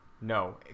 No